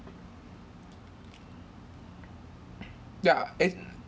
ya it's